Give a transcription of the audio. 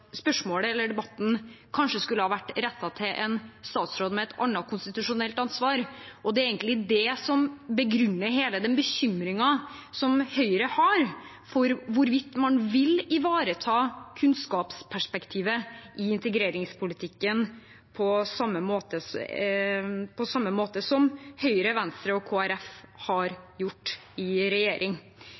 spørsmålet eller debatten kanskje skulle vært rettet til en statsråd med et annet konstitusjonelt ansvar. Det er egentlig det som begrunner hele den bekymringen Høyre har for hvorvidt man vil ivareta kunnskapsperspektivet i integreringspolitikken, på samme måte som Høyre, Venstre og Kristelig Folkeparti har gjort i regjering.